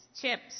chips